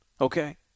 okay